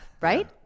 right